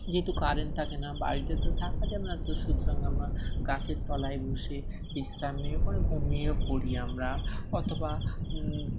যেহেতু কারেন্ট থাকে না বাড়িতে তো থাকা যায় না তো সুতরাং আমরা গাছের তলায় বসে বিশ্রাম নিয়ে ওখানে ঘুমিয়েও পড়ি আমরা অথবা